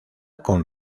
con